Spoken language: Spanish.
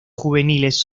juveniles